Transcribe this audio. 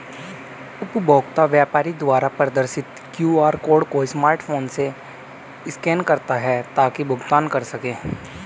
उपभोक्ता व्यापारी द्वारा प्रदर्शित क्यू.आर कोड को स्मार्टफोन से स्कैन करता है ताकि भुगतान कर सकें